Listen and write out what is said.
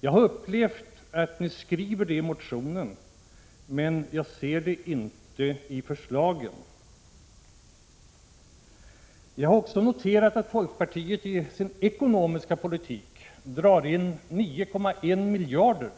Jag har konstaterat att ni för fram det kravet i motionen, men jag återfinner det inte i era förslag. Jag har också noterat att folkpartiet genom sin ekonomiska politik vill dra 7n in 9,1 miljarder